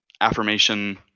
affirmation